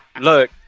Look